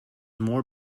more